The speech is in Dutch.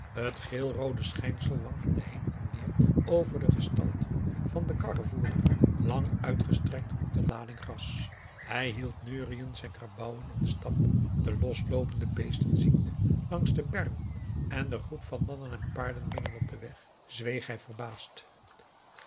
het geel roode schijnsel wankelde heen en weer over de gestalte van den karrevoerder lang augusta de wit orpheus in de dessa uitgestrekt op de lading gras hij hield neuriënd zijn karbouwen in den stap de losloopende beesten ziende langs den berm en de groep van mannen en paarden midden op den weg zweeg hij verbaasd